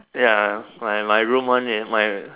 ya my my room one is mine right